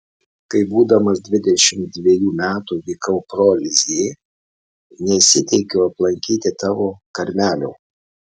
kai būdamas dvidešimt dvejų metų vykau pro lizjė nesiteikiau aplankyti tavo karmelio